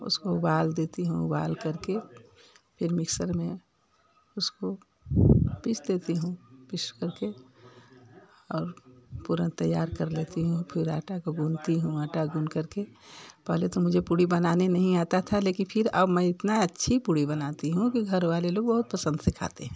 उसको उबाल देती हूँ उबालकर के फिर मिक्सर में उसको पीस देती हूँ पीसकर के और पूरा तैयार कर लेती हूँ फिर आटा को गूँथती हूँ आटा गूँथ कर के पहले तो मुझे पूरी बनाने नहीं आता था लेकिन फिर अब मैं इतना अच्छी पूरी बनाती हूँ कि घर वाले लोग बहुत पसंद से खाते हैं